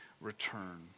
return